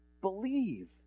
believe